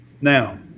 Now